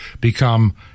become